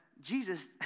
Jesus